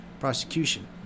prosecution